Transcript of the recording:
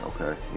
Okay